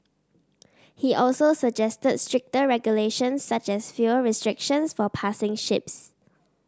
he also suggested stricter regulations such as fuel restrictions for passing ships